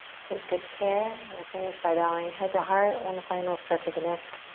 take good care. we'll finish by bowing head to heart. one final stretch of the neck.